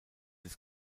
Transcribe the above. des